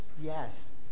Yes